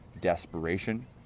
desperation